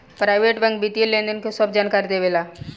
private bank वित्तीय लेनदेन के सभ जानकारी देवे ला